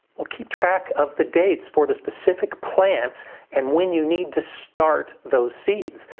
we'll keep track of the dates for the specific plants and when you need to start those seeds.